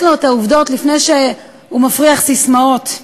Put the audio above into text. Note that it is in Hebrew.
לו את העובדות לפני שהוא מפריח ססמאות.